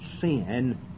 sin